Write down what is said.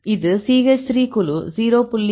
இது CH 3 குழு 0